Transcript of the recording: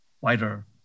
wider